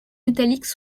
métalliques